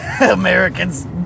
American's